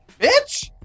Bitch